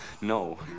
No